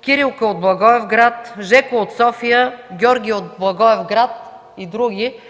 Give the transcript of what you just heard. Кирилка от Благоевград, Жеко от София, Георги от Благоевград и други,